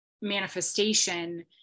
manifestation